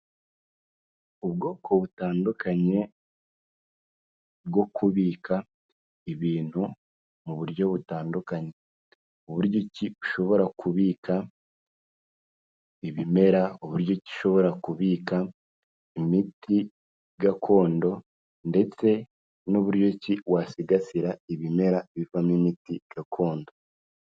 Ubwoko butandukanye bwo kubika ibintu mu buryo butandukanye: Uburyo ki ushobora kubika ibimera, uburyo ki ushobora kubika imiti gakondo ndetse n'uburyo ki wasigasira ibimera bivamo imiti gakondo.